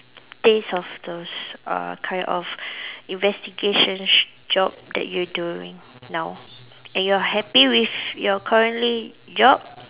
taste of those uh kind of investigation job that you doing now and you're happy with your currently job